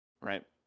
Right